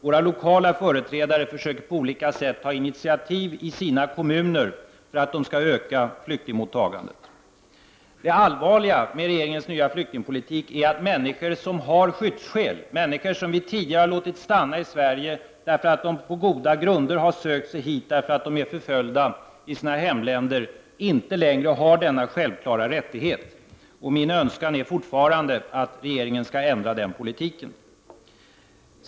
Våra lokala företrädare försökte på olika sätt ta initiativ i sina kommuner för att öka flyktingmottagandet. Det allvarliga med regeringens nya flyktingpolitik är att människor som har skyddsskäl, människor som vi tidigare låtit stanna i Sverige och som på goda grunder har sökt sig hit därför att de är förföljda i sina hemländer, inte längre har denna självklara rättighet. Min önskan är fortfarande att regeringen skall ändra den politiken.